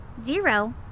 Zero